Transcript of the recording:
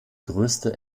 größte